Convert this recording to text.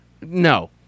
no